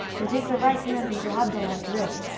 then take the right hand and grab the left wrist,